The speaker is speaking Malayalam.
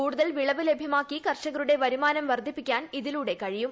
കൂടുതൽ വിളവ് ലഭ്യമാക്കി കർഷകരുടെ വരുമാനം വർദ്ധിപ്പിക്കാൻ ഇതിലൂടെ കഴിയും